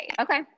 Okay